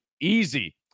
easy